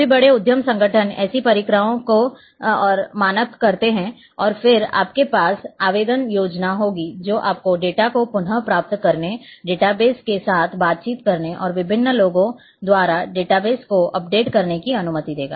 सभी बड़े उद्यम संगठन ऐसी प्रक्रियाओं और मानक करते हैं और फिर आपके पास आवेदन योजना होगी जो आपको डेटा को पुनः प्राप्त करने डेटा बेस के साथ बातचीत करने और विभिन्न लोगों द्वारा डेटाबेस को अपडेट करने की अनुमति देगा